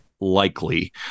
likely